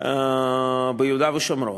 ביהודה ושומרון.